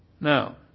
Now